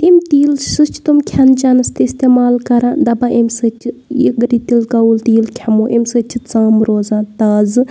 تمہِ تیٖلہٕ سُہ چھِ تِم کھیٚنہٕ چیٚنَس تہِ استعمال کَران دَپان امہِ سۭتۍ چھِ یہِ اگرَے تِلہٕ گَۄگُل تیٖل کھیٚمو امہِ سۭتۍ چھِ ژَم روزان تازٕ